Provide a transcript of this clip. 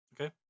Okay